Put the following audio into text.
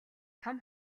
том